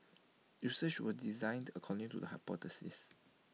research was designed according to the hypothesis